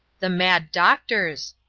the mad doctors,